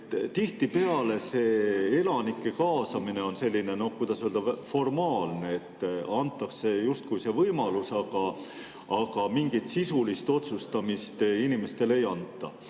Tihtipeale see elanike kaasamine on selline, noh, kuidas öelda, formaalne. Justkui antakse see võimalus, aga mingit sisulise otsustamise õigust inimestele ei anta.